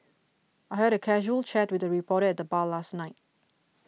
I had a casual chat with a reporter at the bar last night